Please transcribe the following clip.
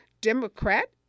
Democrat